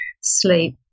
sleep